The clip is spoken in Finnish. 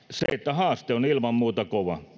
haaste on ilman muuta kova